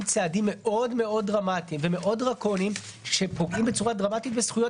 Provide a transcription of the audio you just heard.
צעדים מאוד מאוד דרמטיים ומאוד דרקוניים שפוגעים בצורה דרמטית בזכויות